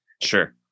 Sure